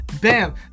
BAM